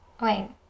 wait